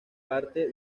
parte